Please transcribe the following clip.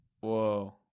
Whoa